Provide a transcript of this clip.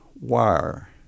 wire